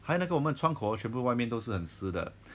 还有那个我们窗口全部外面都是很湿的